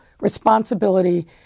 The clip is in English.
responsibility